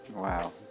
Wow